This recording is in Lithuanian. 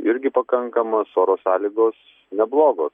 irgi pakankamas oro sąlygos neblogos